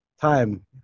time